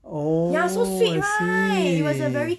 oh I see